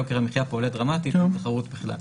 יוקר המחיה פה עולה דרמטית בתחרות בכלל.